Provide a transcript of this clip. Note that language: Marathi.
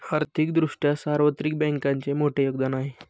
आर्थिक दृष्ट्या सार्वत्रिक बँकांचे मोठे योगदान आहे